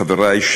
חברי,